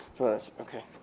Okay